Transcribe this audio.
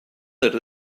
that